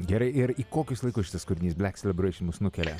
gerai ir į kokius laikus šitas kūrinys blek selebreišin mus nukelia